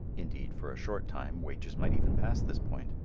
indeed for a short time wages might even pass this point,